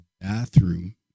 bathroom